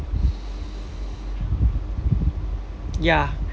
ya